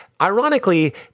ironically